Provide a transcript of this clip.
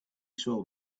saw